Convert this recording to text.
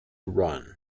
run